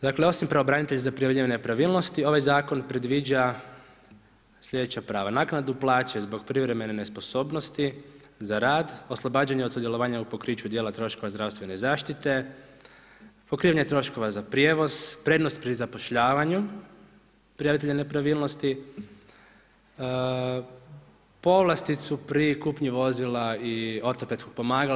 Dakle, osim za pravobranitelji za prijavljivanje nepravilnosti, ovaj zakon predviđa sljedeća prava, naknadnu plaće zbog privremene nesposobnosti za rad, oslobađanja od sudjelovanja u pokriću dijela troškova zdravstvene zaštite, pokrivanje troškova za prijevoz, prednost pri zapošljavanju prijavitelja nepravilnosti, povlasticu pri kupnji vozila i ortopedskog pomagala.